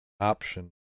option